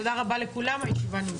תודה רבה לכולם, הישיבה נעולה.